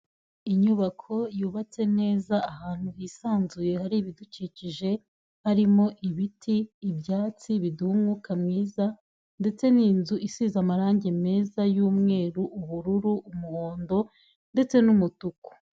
Inyubako yubatse neza ahantu hisanzuye hari ibidukikije, harimo ibiti, ibyatsi biduha umwuka mwiza ndetse ni inzu isize amarangi meza y'umweru, ubururu, umuhondo ndetse n'umutuku.